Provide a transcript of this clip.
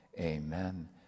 Amen